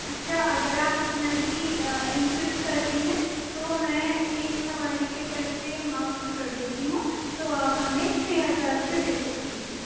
اچھا اگر آپ اتنا ہی انسسٹ کر رہی ہیں تو میں ایک سواری کے پیسے معاف کر دیتی ہوں تو آپ ہمیں چھ ہزار روپئے دے سکتی ہیں